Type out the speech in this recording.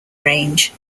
range